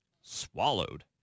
Swallowed